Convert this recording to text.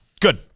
Good